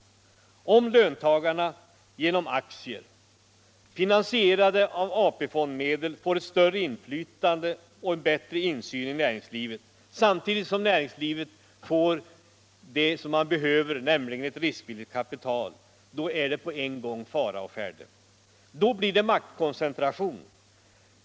Om löntagarna genom aktier, finansierade av AP-fondmedel, får större inflytande och bättre insyn i näringslivet, samtidigt som näringslivet tillföres kapital, då är det på en gång fara å färde. Då blir det maktkoncentration.